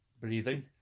Breathing